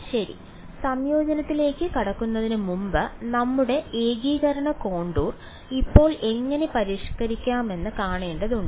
ശരി സംയോജനത്തിലേക്ക് കടക്കുന്നതിന് മുമ്പ് നമ്മുടെ ഏകീകരണ കോണ്ടൂർ ഇപ്പോൾ എങ്ങനെ പരിഷ്കരിക്കാമെന്ന് കാണേണ്ടതുണ്ട്